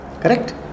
Correct